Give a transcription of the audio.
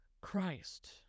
Christ